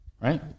right